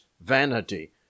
vanity